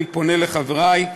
אני פונה לחברי,